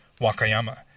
Wakayama